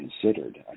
considered